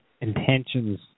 intentions